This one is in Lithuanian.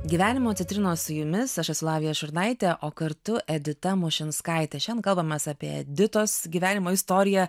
gyvenimo citrinos su jumis aš esu lavija šurnaitė o kartu edita mušinskaitė šiandien kalbames apie editos gyvenimo istoriją